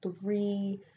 three